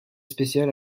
spéciale